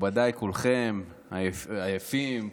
מכובדיי כולכם, עייפים כולכם.